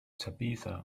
tabitha